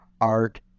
art